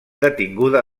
detinguda